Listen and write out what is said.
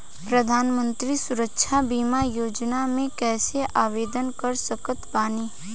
प्रधानमंत्री सुरक्षा बीमा योजना मे कैसे आवेदन कर सकत बानी?